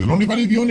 זה לא נראה לי הגיוני.